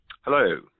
Hello